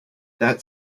that